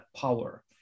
power